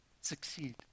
succeed